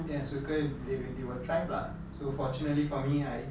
then yang suka they they will thrive lah so fortunately for me I